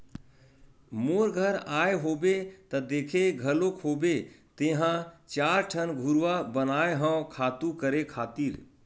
मोर घर आए होबे त देखे घलोक होबे तेंहा चार ठन घुरूवा बनाए हव खातू करे खातिर